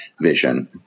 vision